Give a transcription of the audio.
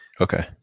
Okay